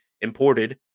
imported